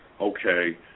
okay